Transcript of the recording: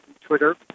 Twitter